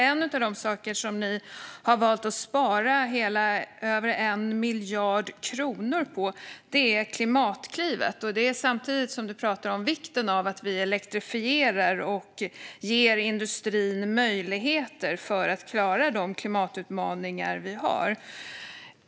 En av de saker ni har valt att spara över 1 miljard kronor på är Klimatklivet - och det samtidigt som du talar om vikten av att vi elektrifierar och ger industrin möjligheter att klara de klimatutmaningar vi har.